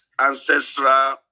ancestral